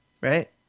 right